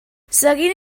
seguint